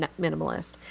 Minimalist